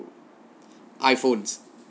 iphones